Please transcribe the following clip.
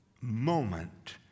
Moment